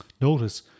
notice